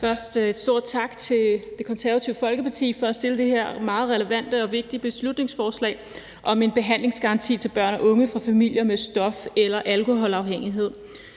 Først en stor tak til Det Konservative Folkeparti for at fremsætte det her meget relevante og vigtige beslutningsforslag om en behandlingsgaranti for unge fra familier med stof- eller alkoholafhængighed.